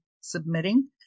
submitting